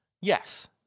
Yes